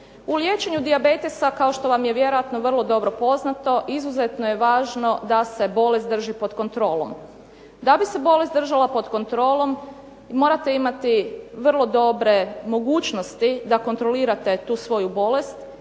U liječenju dijabetesa kao što vam je vjerojatno vrlo dobro poznato izuzetno je važno da se bolest drži pod kontrolom. Da bi se bolest držala pod kontrolom morate imati vrlo dobre mogućnosti da kontrolirate tu svoju bolest